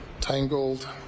tangled